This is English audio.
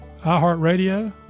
iHeartRadio